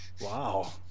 Wow